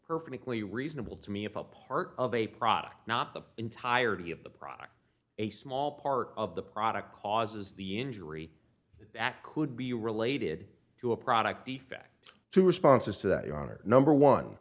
perfectly reasonable to me if a part of a product not the entirety of the product a small part of the product causes the injury that could be related to a product defect two responses to that your honor number one